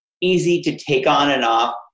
easy-to-take-on-and-off